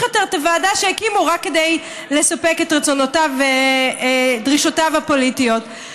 יותר את הוועדה שהקימו רק כדי לספק רצונותיו ודרישותיו הפוליטיות.